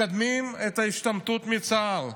מקדמים את ההשתמטות מצה"ל.